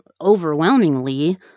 overwhelmingly